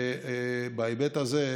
ובהיבט הזה,